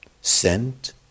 sent